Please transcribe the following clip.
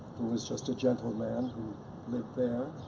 who was just a gentle man who lived there.